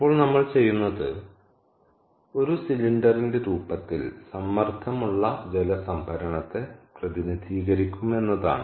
അപ്പോൾ നമ്മൾ ചെയ്യുന്നത് ഒരു സിലിണ്ടറിന്റെ രൂപത്തിൽ സമ്മർദ്ദമുള്ള ജലസംഭരണത്തെ പ്രതിനിധീകരിക്കും എന്നതാണ്